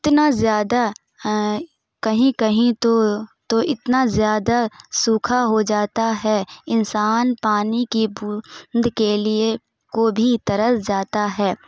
اتنا زیادہ کہیں کہیں تو تو اتنا زیادہ سوکھا ہو جاتا ہے انسان پانی کی بو بوند کے لیے کو بھی ترس جاتا ہے